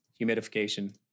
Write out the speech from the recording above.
humidification